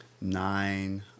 nine